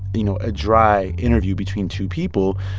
you know, a dry interview between two people,